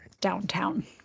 downtown